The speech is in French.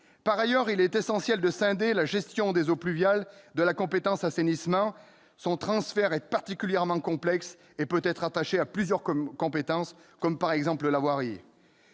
? Enfin, il est essentiel de scinder la gestion des eaux pluviales de la compétence « assainissement ». Son transfert est particulièrement complexe et peut être rattaché à plusieurs compétences, à la voirie, par exemple. Pour